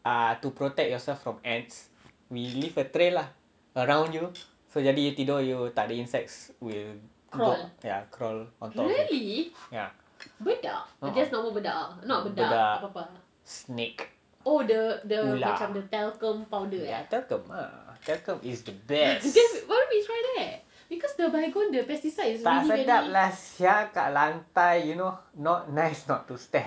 to protect yourself from ants we leave a tray lah around you so jadi you tidur you tak ada insects will crowd ya crawl on top ya a'ah bedak snake ular ya talcum ah talcum is the best tak sedap lah sia dekat lantai you know not nice not to step pijak bedak tak sedap [tau] dekat lantai